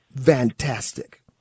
fantastic